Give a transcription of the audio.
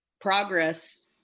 progress